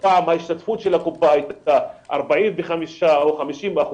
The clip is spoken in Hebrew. פעם ההשתתפות של הקופה הייתה 45% או 50%,